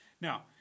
Now